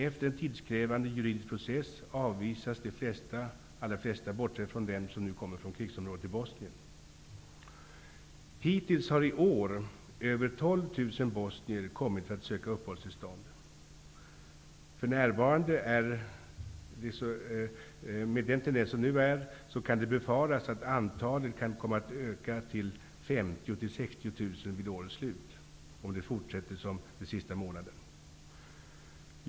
Efter en tidskrävande juridisk process avvisas de allra flesta, bortsett från dem som nu kommer från krigsområdet i Bosnien. Hittills i år har över 12 000 bosnier kommit för att söka uppehållstillstånd. Med den tendens som nu finns befaras det att antalet kan komma att öka till 50 000 --60 000 vid årets slut, om det fortsätter som under de senaste månaderna.